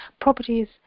properties